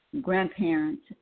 grandparents